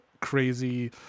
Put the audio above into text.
crazy